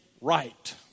right